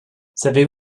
savez